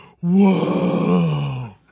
whoa